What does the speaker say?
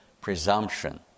presumption